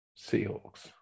Seahawks